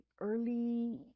early